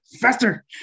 faster